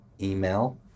email